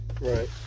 Right